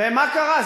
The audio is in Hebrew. ומה קרה?